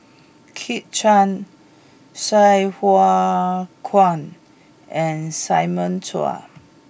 Kit Chan Sai Hua Kuan and Simon Chua